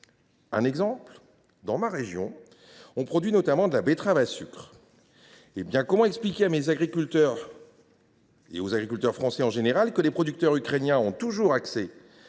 importons ? Dans ma région, on produit notamment de la betterave à sucre. Comment expliquer à mes agriculteurs – et aux agriculteurs français en général – que les producteurs ukrainiens ont toujours accès